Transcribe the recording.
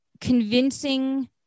convincing